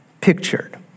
pictured